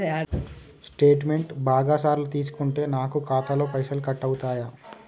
Statement బాగా సార్లు తీసుకుంటే నాకు ఖాతాలో పైసలు కట్ అవుతయా?